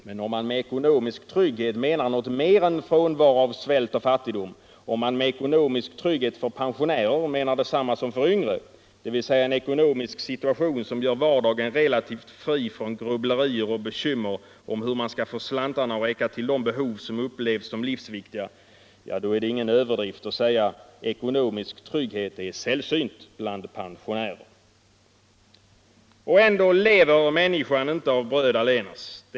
Men om man med ekonomisk trygghet menar något mer än frånvaro av svält och fattigdom, om man med ekonomisk trygghet för pensionärer menar detsamma som för yngre, dvs. en ekonomisk situation som gör vardagen relativt fri från grubblerier och bekymmer om hur man skall få slantarna att räcka till de behov som upplevs som livsviktiga, då är det ingen överdrift att säga: Ekonomisk trygghet är sällsynt bland pensionärer. Och ändå lever människan inte av bröd allenast.